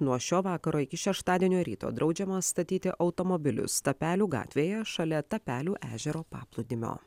nuo šio vakaro iki šeštadienio ryto draudžiama statyti automobilius tapelių gatvėje šalia tapelių ežero paplūdimio